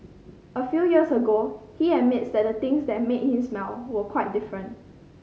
a few years ago he admits that the things that made him smile were quite different